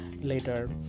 later